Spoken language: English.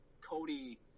Cody